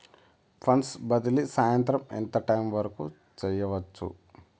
funds బదిలీ సాయంత్రం ఎంత టైము వరకు చేయొచ్చు